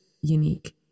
unique